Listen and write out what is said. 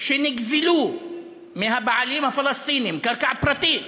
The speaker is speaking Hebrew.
שנגזלו מהבעלים הפלסטינים, קרקע פרטית,